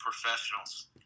professionals